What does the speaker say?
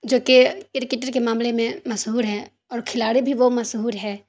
جوکہ کرکٹر کے معاملے میں مشہور ہیں اور کھلاڑی بھی وہ مشہور ہے